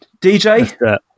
DJ